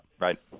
right